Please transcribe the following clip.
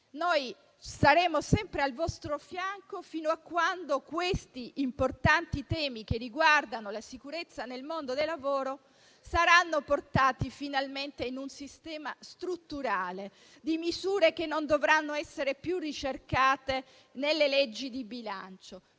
Saremo sempre al vostro fianco fino a quando questi importanti temi che riguardano la sicurezza nel mondo del lavoro saranno portati finalmente in un sistema strutturale di misure che non dovranno essere più ricercate nelle leggi di bilancio.